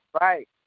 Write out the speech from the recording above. right